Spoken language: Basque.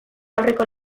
aurreko